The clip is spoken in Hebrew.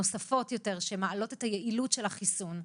הנוספות, שמעלות את היעילות של החיסון.